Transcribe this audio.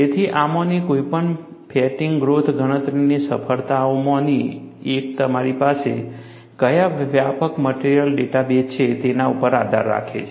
તેથી આમાંની કોઈપણ ફેટિગ ગ્રોથ ગણતરીની સફળતામાંની એક તમારી પાસે કયા વ્યાપક મટેરીઅલ ડેટા બેઝ છે તેના ઉપર આધાર રાખે છે